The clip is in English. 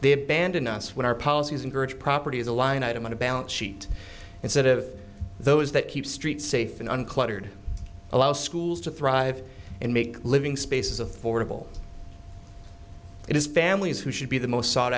they abandon us when our policies encourage property as a line item on a balance sheet instead of those that keep streets safe and uncluttered allow schools to thrive and make living spaces affordable it is families who should be the most sou